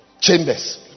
chambers